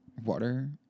water